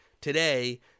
today